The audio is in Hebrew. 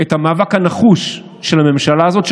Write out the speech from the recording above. במאבק הנחוש של הממשלה הזאת,